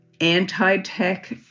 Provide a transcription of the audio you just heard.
anti-tech